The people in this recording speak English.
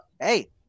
Hey